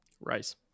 rice